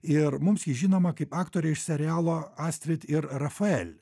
ir mums ji žinoma kaip aktorė iš serialo astrid ir rafael